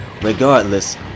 Regardless